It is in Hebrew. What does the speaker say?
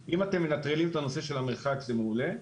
אם אתם מנטרלים את נושא המרחק זה מעולה.